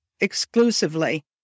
exclusively